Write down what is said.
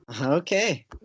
Okay